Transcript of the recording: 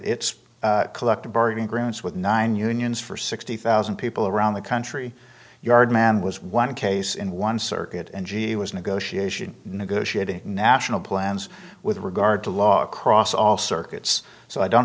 its collective bargaining agreements with nine unions for sixty thousand people around the country yard man was one case in one circuit and g was negotiation negotiating national plans with regard to law across all circuits so i don't